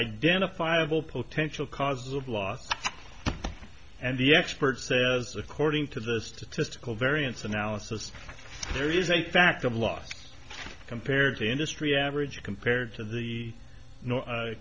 identifiable potential causes of loss and the expert says according to the statistical variance analysis there is a factor of loss compared to industry average compared to the